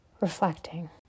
reflecting